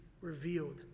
revealed